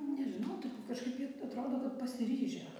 nežinau kažkaip jie atrodo kad pasiryžę